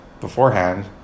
beforehand